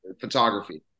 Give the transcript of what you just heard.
photography